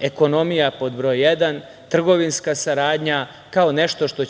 ekonomija pod broj jedan, trgovinska saradnja kao nešto što